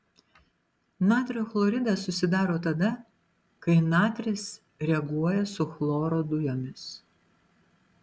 natrio chloridas susidaro tada kai natris reaguoja su chloro dujomis